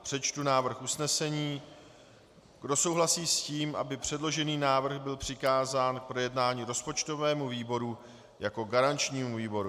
Přečtu návrh usnesení: Kdo souhlasí s tím, aby předložený návrh byl přikázán k projednání rozpočtovému výboru jako garančnímu výboru?